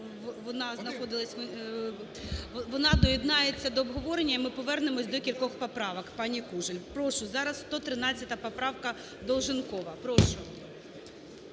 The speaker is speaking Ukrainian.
вона доєднається до обговорення, і ми повернемося до кількох поправок пані Кужель. Прошу зараз 113 поправкаДолженкова.